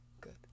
good